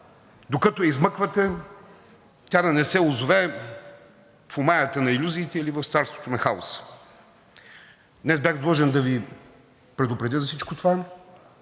докато я измъквате, тя да не се озове в омаята на илюзиите или в царството на хаоса. Днес бях длъжен да Ви предупредя за всичко това.